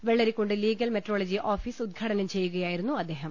Vellarikundu legal metrology office ഉദ്ഘാടനം ചെയ്യുകയായിരുന്നു അദ്ദേഹം